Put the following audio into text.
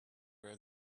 were